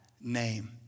name